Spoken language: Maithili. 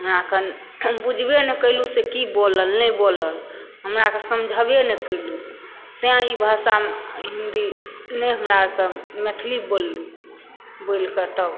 हमरा अखन बुझबे नहि केलूँ से कि बोलल नहि बोलल हमरा तऽ समझबे नहि केलूँ तैं ई भाषा हिन्दी नहि हमरा तऽ मैथिली बोललू बोलिके तब